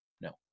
No